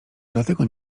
dlatego